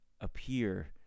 appear